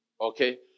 Okay